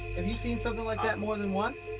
have you seen something like that more than once?